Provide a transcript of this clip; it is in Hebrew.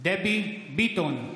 דבי ביטון,